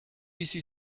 bizi